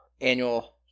annual